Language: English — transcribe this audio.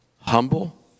humble